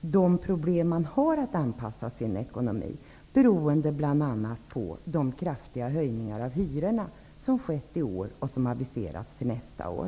vilka problem man har när det gäller att anpassa sin ekonomi till utgifterna, bl.a. till följd av de kraftiga höjningar av hyrorna som skett i år och som aviseras för nästa år.